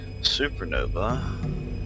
Supernova